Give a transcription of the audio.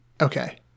Okay